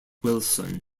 wilson